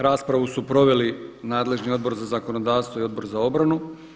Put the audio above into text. Raspravu su proveli nadležni Odbor za zakonodavstvo i Odbor za obranu.